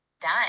done